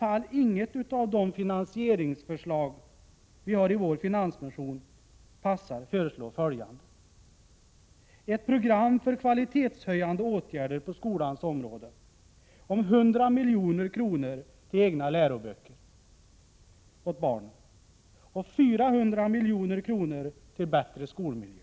Jag vill, om inget av de finansieringsförslag vi har lagt fram i vår finansmotion passar, föreslå ett program för kvalitetshöjande åtgärder på skolans område om 100 milj.kr. till egna läroböcker åt barnen och 400 milj.kr. till bättre-skolmiljö.